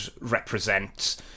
represent